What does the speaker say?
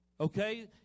Okay